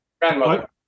Grandmother